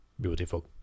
beautiful